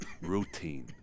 Routine